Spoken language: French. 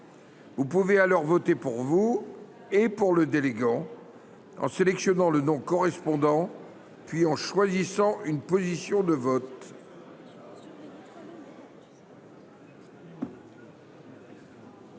Vous pouvez alors voter pour vous et pour le délégant en sélectionnant le nom correspondant puis en choisissant une position de vote.